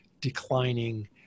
declining